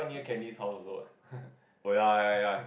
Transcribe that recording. oh ya ya ya